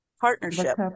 partnership